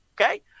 Okay